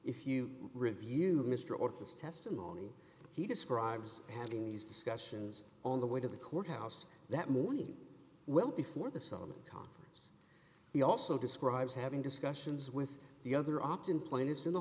if you review mr orde this testimony he describes having these discussions on the way to the courthouse that morning well before the sullivan conference he also describes having discussions with the other option plaintiffs in the